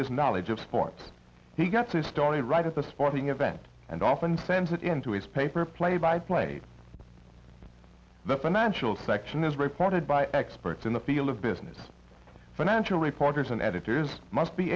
his knowledge of sports he gets his story right at the sporting event and often sends it into his paper play by play the financial section is reported by experts in the field of business financial reporters and editors must be